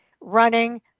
running